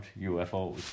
UFOs